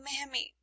Mammy